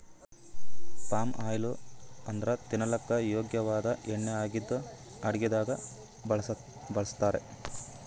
palm oil ಅಂದ್ರ ತಿನಲಕ್ಕ್ ಯೋಗ್ಯ ವಾದ್ ಎಣ್ಣಿ ಆಗಿದ್ದ್ ಅಡಗಿದಾಗ್ ಬಳಸ್ತಾರ್